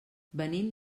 venim